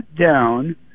down